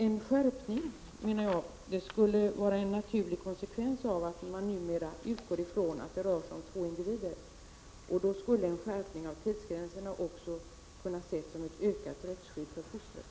En skärpning menar jag skulle vara en naturlig konsekvens av att man numera utgår från att det rör sig om två individer. Då skulle en skärpning av tidsgränsen också kunna ses som ett ökat rättsskydd för fostret.